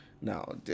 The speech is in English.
now